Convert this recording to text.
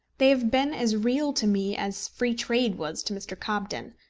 they have been as real to me as free trade was to mr. cobden,